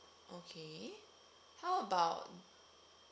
okay how about